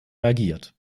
reagiert